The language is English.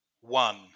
One